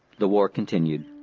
the war continued.